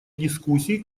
дискуссий